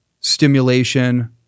stimulation